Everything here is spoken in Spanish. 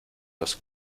los